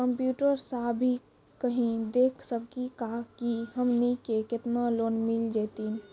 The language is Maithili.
कंप्यूटर सा भी कही देख सकी का की हमनी के केतना लोन मिल जैतिन?